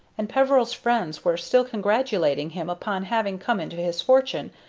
and peveril's friends were still congratulating him upon having come into his fortune,